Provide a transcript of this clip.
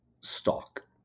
stock